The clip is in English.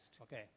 Okay